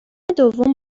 دوم